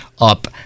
up